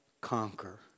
conquer